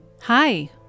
Hi